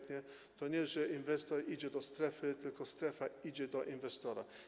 To nie jest tak, że inwestor idzie do strefy, tylko strefa idzie do inwestora.